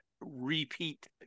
repeat